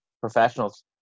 professionals